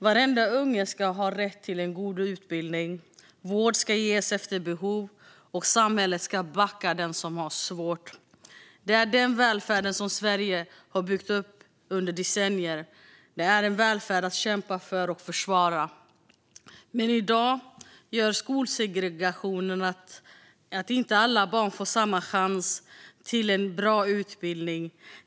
Varenda unge ska ha rätt till en god utbildning, vård ska ges efter behov och samhället ska backa den som har det svårt. Det är denna välfärd som Sverige har byggt upp under decennier. Det är en välfärd värd att kämpa för och försvara. Men i dag gör skolsegregationen att inte alla barn får samma chans till en bra utbildning.